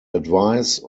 advice